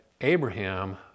Abraham